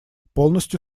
полностью